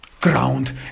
ground